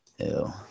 Ew